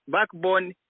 Backbone